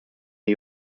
new